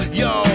yo